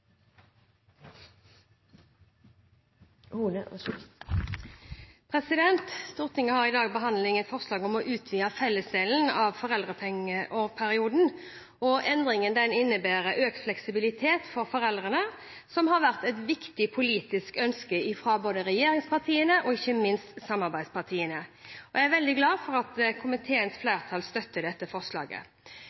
behandling et forslag om å utvide fellesdelen av foreldrepengeperioden. Endringen innebærer økt fleksibilitet for foreldrene, som har vært et viktig politisk ønske fra regjeringspartiene og ikke minst samarbeidspartiene. Jeg er veldig glad for at komiteens flertall støtter dette forslaget.